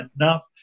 enough